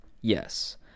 Yes